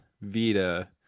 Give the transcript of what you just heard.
Vita